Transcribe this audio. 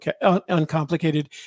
uncomplicated